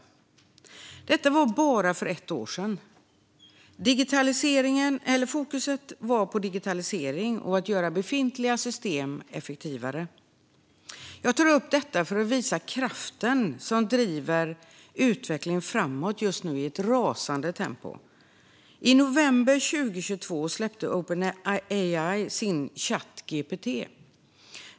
Det är bara ett år sedan, och fokus låg då på digitalisering och att göra befintliga system effektivare. Jag tar upp detta för att visa den kraft som just nu driver utvecklingen framåt i ett rasande tempo. I november 2022 släppte Open AI sin Chat GPT.